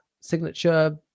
signature